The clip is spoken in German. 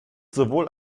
sowohl